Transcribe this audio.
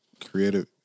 creative